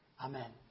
Amen